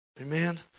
Amen